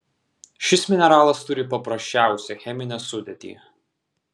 šis mineralas turi paprasčiausią cheminę sudėtį